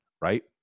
right